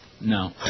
No